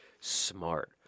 Smart